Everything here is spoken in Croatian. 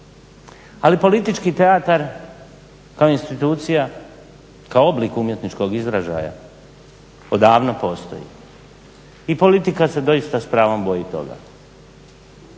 Ali politički teatar kao institucija, kao oblik umjetničkog izražaja odavno postoji i politika se doista s pravom boji toga.